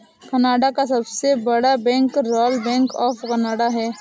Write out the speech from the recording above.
Canada का सबसे बड़ा bank royal bank of Canada है